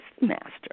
master